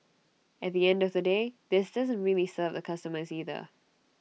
at the end of the day this doesn't really serve the customers either